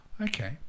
okay